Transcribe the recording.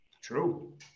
True